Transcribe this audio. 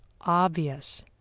obvious